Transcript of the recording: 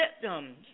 victims